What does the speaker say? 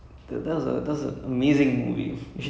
okay I'll go watch that also lah